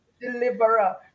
deliverer